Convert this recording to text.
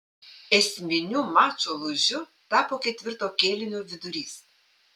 esminiu mačo lūžiu tapo ketvirto kėlinio vidurys